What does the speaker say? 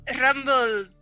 Rumble